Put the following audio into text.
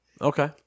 Okay